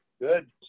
Good